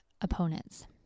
opponents